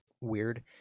weird